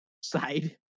side